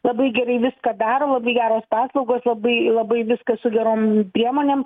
labai gerai viską daro labai geros paslaugos labai labai viskas su gerom priemonėm